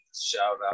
Shout-out